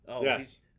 Yes